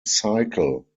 cycle